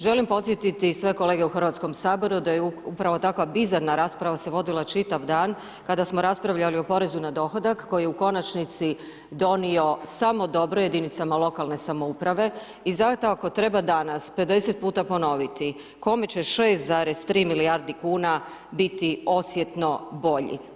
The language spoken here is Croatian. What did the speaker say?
Želim podsjetiti sve kolege u Hrvatskom saboru da je upravo takva bizarna rasprava se vodila čitav dan kada smo raspravljali o porezu na dohodak koji u konačnici donio samo dobro jedinicama lokalne samouprave i zato ako treba danas 50 puta ponoviti kome će 6,3 milijardi kuna biti osjetno bolji?